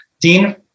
Dean